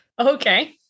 Okay